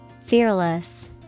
fearless